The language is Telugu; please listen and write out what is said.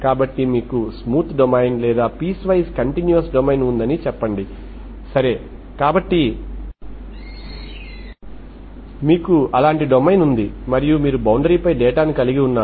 కాబట్టి మీకు స్మూత్ డొమైన్ లేదా పీస్వైస్ కంటిన్యూవస్ డొమైన్ ఉందని చెప్పండి సరే కాబట్టి మీకు అలాంటి డొమైన్ ఉంది మరియు మీరు బౌండరీ పై డేటా ను కలిగి ఉన్నారు